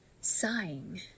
Sighing